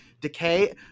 Decay